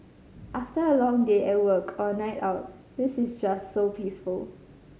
after a long day at work or a night out this is just so peaceful